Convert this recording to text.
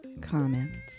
comments